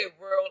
world